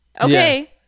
okay